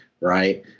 right